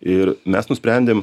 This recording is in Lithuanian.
ir mes nusprendėm